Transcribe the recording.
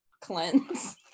cleanse